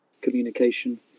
communication